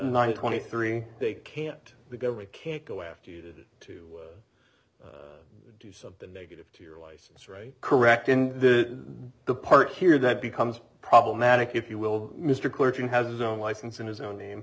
nine twenty three they can't the government can't go after you to to do something negative to your license right correct in the part here that becomes problematic if you will mr clinton has his own license in his own name